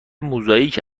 موزاییک